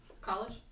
College